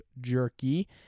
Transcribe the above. jerky